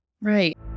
right